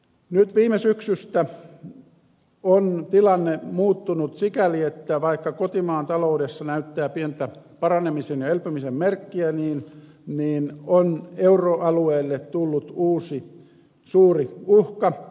nyt viime syksystä on tilanne muuttunut sikäli että vaikka kotimaan taloudessa näkyy pientä paranemisen ja elpymisen merkkiä niin euroalueelle on tullut uusi suuri uhka